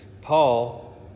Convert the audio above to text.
Paul